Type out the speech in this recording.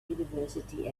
university